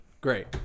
Great